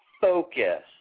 focus